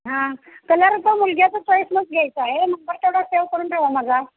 हां कलर पण मुलग्याच्या चॉईसनंच घ्यायचा आहे नंबर तेवढा सेव्ह करून ठेवा माझा